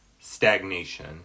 stagnation